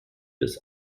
des